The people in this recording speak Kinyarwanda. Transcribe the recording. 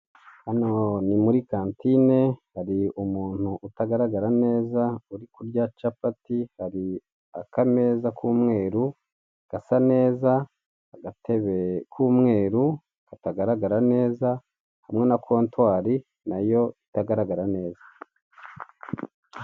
Hano ni muri kantine hari umuntu utagaragara neza uri kurya capati, hari akameza k'umweru gasa neza agatebe k'umweru katagaragara neza hamwe na cotwarirnayo itagaragara neza.